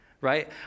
right